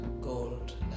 gold